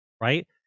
Right